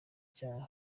cya